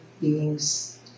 beings